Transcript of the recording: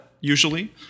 usually